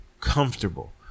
comfortable